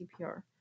CPR